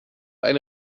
eine